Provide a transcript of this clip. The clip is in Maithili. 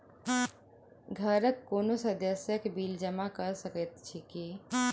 घरक कोनो सदस्यक बिल जमा कऽ सकैत छी की?